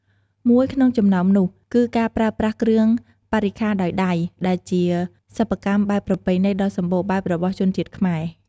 មួយក្នុងចំណោមនោះគឺការប្រើប្រាស់គ្រឿងបរិក្ខារដោយដៃ ដែលជាសិប្បកម្មបែបប្រពៃណីដ៏សម្បូរបែបរបស់ជនជាតិខ្មែរ។